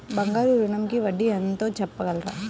బంగారు ఋణంకి వడ్డీ ఎంతో చెప్పగలరా?